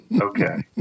okay